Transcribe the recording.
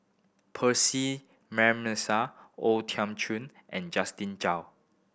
Percy McNeice O Thiam Chin and Justin Zhao